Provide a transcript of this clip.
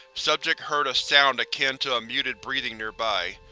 subject heard a sound akin to muted breathing nearby.